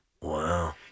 Wow